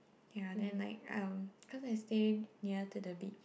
ya then like um cause I stay near to the beach